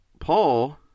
Paul